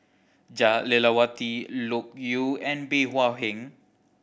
Jah Lelawati Loke Yew and Bey Hua Heng